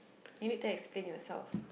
you need to explain yourself